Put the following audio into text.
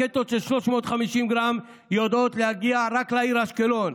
רקטות של 350 גרם יודעות להגיע רק לעיר אשקלון,